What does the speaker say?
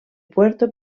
puerto